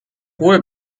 hohe